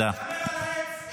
הנמר על העץ, יאיר.